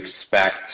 expect